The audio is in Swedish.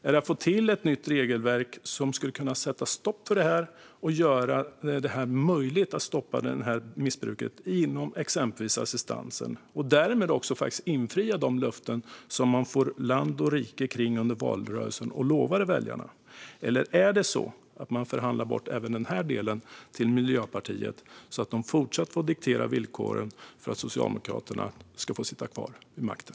Är det att få till ett nytt regelverk som skulle göra det möjligt att stoppa missbruket inom exempelvis assistansen och därmed faktiskt infria de löften som man gav väljarna när man for land och rike kring under valrörelsen? Eller förhandlar man bort även den här delen till Miljöpartiet så att de fortsatt får diktera villkoren för att Socialdemokraterna ska få sitta kvar vid makten?